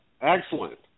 Excellent